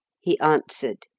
he answered,